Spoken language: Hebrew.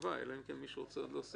אנחנו עושות?